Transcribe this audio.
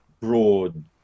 broad